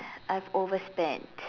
I've overspent